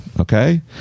Okay